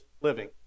living